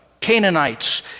Canaanites